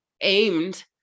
aimed